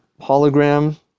hologram